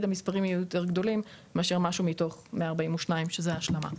המספרים הם יותר גדולים מאשר שאתה מחשב משהו מתוך 142 שזו ההשלמה.